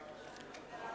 סעיף